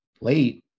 late